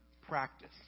practice